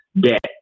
debt